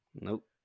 Nope